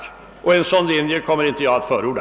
En sådan linje kommer jag därför inte att förorda.